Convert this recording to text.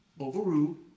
Overruled